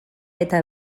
eta